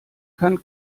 kann